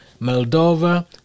Moldova